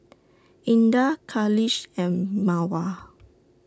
Indah Khalish and Mawar